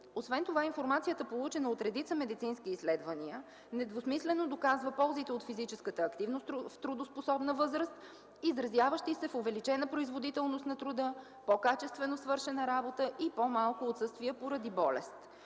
Освен това информацията, получена от редица медицински изследвания, недвусмислено доказва ползите от физическата активност в трудоспособна възраст, изразяващи се в увеличена производителност на труда, по-качествено свършена работа и по-малко отсъствия поради болест.